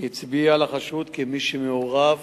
הצביעו על החשוד כמי שמעורב